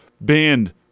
Banned